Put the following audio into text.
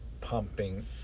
pumping